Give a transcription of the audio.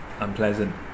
unpleasant